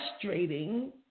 frustrating